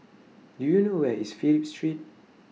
Do YOU know Where IS Phillip Street